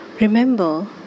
Remember